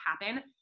happen